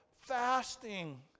fasting